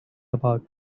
about